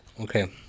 Okay